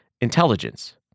intelligence